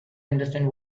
understand